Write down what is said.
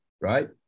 right